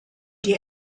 die